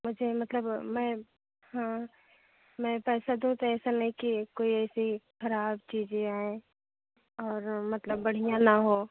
मुझे मतलब मैं हाँ मैं पैसा दूँ तो ऐसा नहीं कि कोई ऐसी खराब चीज़ें आए और मतलब बढ़िया ना हो